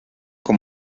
con